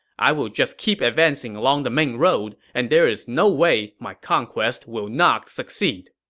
i will just keep advancing along the main road, and there's no way my conquest will not succeed!